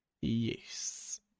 Yes